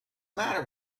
matter